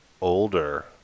older